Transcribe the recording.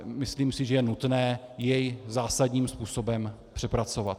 Myslím si, že je nutné jej zásadním způsobem přepracovat.